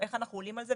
איך אנחנו עולים על זה?